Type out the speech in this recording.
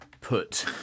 put